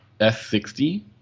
S60